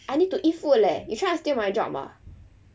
I need to eat food leh you try to steal my job ah